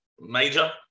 major